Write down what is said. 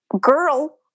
girl